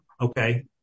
okay